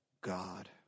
God